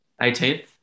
18th